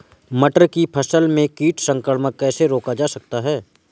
मटर की फसल में कीट संक्रमण कैसे रोका जा सकता है?